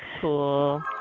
cool